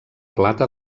plata